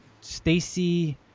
Stacy